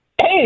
hey